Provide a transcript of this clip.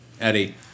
Eddie